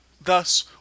Thus